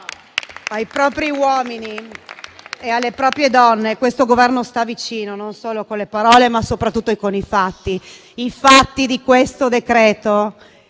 Ai propri uomini e alle proprie donne questo Governo sta vicino non solo con le parole, ma soprattutto con i fatti, i fatti contenuti